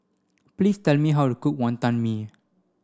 please tell me how to cook Wonton Mee